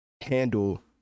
handle